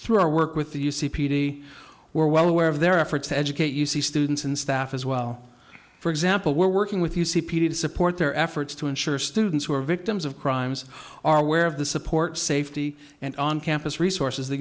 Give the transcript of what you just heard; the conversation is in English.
through our work with the u c p d we're well aware of their efforts to educate you c students and staff as well for example we're working with you c p to support their efforts to ensure students who are victims of crimes are aware of the support safety and on campus resources the